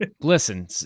listen